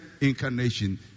incarnation